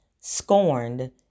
scorned